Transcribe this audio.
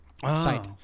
site